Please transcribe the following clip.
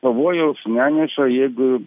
pavojaus neneša jeigu